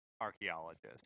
archaeologist